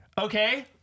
Okay